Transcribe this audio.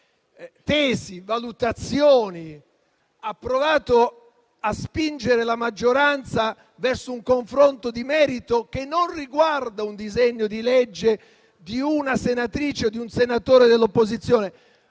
tesi e valutazioni, a spingere la maggioranza verso un confronto di merito che non riguarda un disegno di legge di una senatrice o di un senatore dell'opposizione,